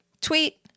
Tweet